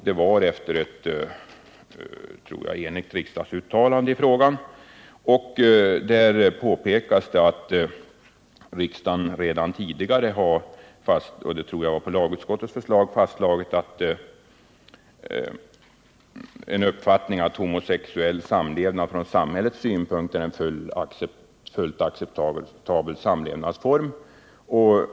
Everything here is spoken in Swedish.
Det var efter ett som jag tror enhälligt riksdagsuttalande i frågan, vari det påpekas att riksdagen redan tidigare — jag vill minnas att det var på lagutskottets förslag — har fastslagit uppfattningen att homosexuell samlevnad från samhällets synpunkt sett är en fullt acceptabel samlevnadsform.